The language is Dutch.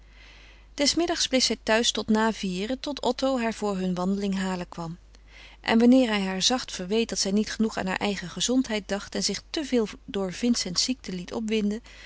des middags bleef zij thuis tot na vieren tot otto haar voor hun wandeling halen kwam en wanneer hij haar zacht verweet dat zij niet genoeg aan haar eigen gezondheid dacht en zich te veel door vincents ziekte liet opwinden